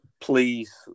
please